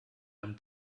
einem